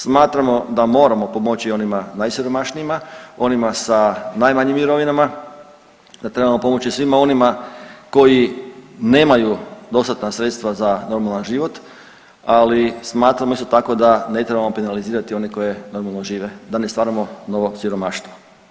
Smatramo da moramo pomoći onima najsiromašnijima, onima sa najmanjim mirovinama, da trebamo pomoći svima onima koji nemaju dostatna sredstva za normalan život, ali smatram isto tako da ne trebamo penalizirati one koji normalno žive da ne stvaramo novo siromaštvo.